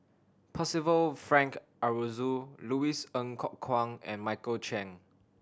Percival Frank Aroozoo Louis Ng Kok Kwang and Michael Chiang